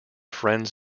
friends